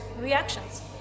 reactions